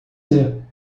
dizer